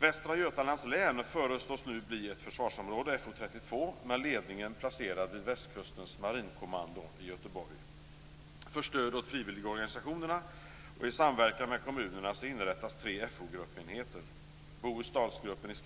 Västra Götalands län föreslås nu bli ett försvarsområde, FO32, med ledningen placerad vid Västkustens marinkommando i Göteborg. För stöd åt frivilligorganisationerna och samverkan med kommunerna inrättas tre FO-gruppenheter: Bohus/Dalsgruppen i